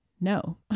no